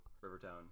Rivertown